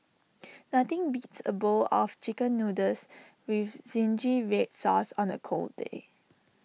nothing beats A bowl of Chicken Noodles with Zingy Red Sauce on A cold day